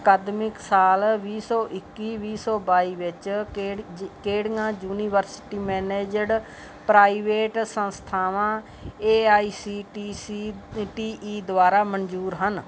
ਅਕਾਦਮਿਕ ਸਾਲ ਵੀਹ ਸੌ ਇੱਕੀ ਵੀਹ ਸੌ ਬਾਈ ਵਿੱਚ ਕਿਹੜ ਜ ਕਿਹੜੀਆਂ ਯੂਨੀਵਰਿਟੀ ਮੇਨੇਜਡ ਪ੍ਰਾਈਵੇਟ ਸੰਸਥਾਵਾਂ A I C T C T E ਦੁਆਰਾ ਮਨਜ਼ੂਰ ਹਨ